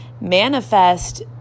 manifest